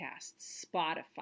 Spotify